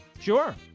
Sure